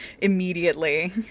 immediately